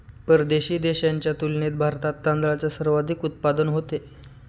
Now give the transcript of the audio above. परदेशी देशांच्या तुलनेत भारतात तांदळाचे सर्वाधिक उत्पादन होते